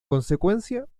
consecuencia